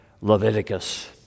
Leviticus